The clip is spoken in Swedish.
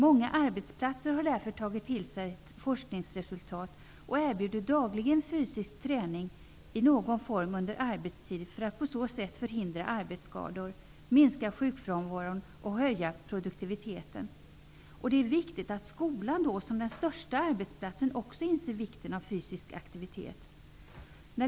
Många arbetsplatser har därför tagit till sig forskningsresultat och erbjuder dagligen under arbetstid fysisk träning i någon form för att på så sätt förhindra arbetsskador, minska sjukfrånvaron och höja produktiviteten. Det är viktigt att också skolan, som den största arbetsplatsen, inser vikten av fysisk aktivitet.